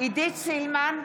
עידית סילמן,